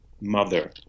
mother